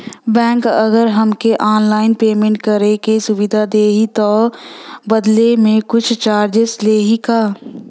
Bank अगर हमके online payment करे के सुविधा देही त बदले में कुछ चार्जेस लेही का?